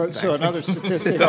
like so, another statistic. yeah,